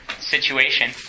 situation